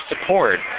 support